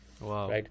Wow